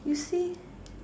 you see